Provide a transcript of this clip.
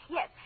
Yes